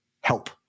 help